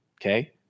okay